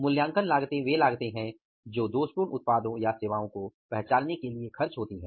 मूल्यांकन लागतें वे हैं जो दोषपूर्ण उत्पादों या सेवाओं को पहचानने के लिए खर्च होती हैं